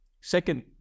Second